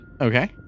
Okay